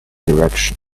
direction